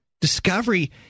Discovery